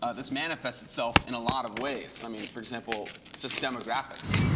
ah this manifests itself in a lot of ways, i mean, for example, just demographics.